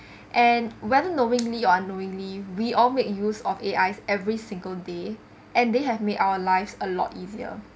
and whether knowingly or unknowingly we all make use of A_I every single day and they have made our lives a lot easier